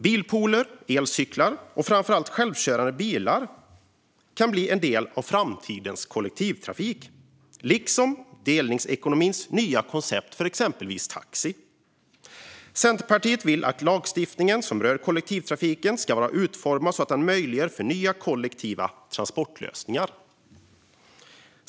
Bilpooler, elcyklar och framför allt självkörande bilar kan bli en del av framtidens kollektivtrafik, liksom delningsekonomins nya koncept för exempelvis taxi. Centerpartiet vill att lagstiftningen som rör kollektivtrafiken ska vara utformad så att den möjliggör för nya kollektiva transportlösningar.